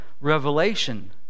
revelation